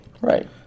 Right